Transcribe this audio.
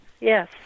Yes